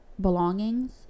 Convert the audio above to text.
belongings